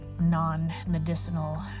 non-medicinal